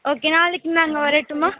okay நாளைக்கு நான் அங்கே வரட்டுமா